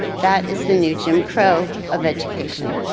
that is the new jim crow of education.